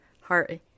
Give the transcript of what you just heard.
heart